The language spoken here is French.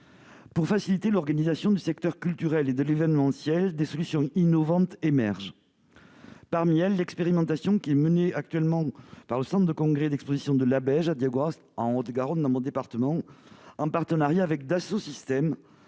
Pour faciliter l'organisation du secteur culturel et de l'événementiel, des solutions innovantes émergent. Parmi elles, je veux citer l'expérimentation menée par le centre de congrès et d'exposition de Labège, Diagora, en Haute-Garonne, dans mon département, en partenariat avec Dassault Systèmes,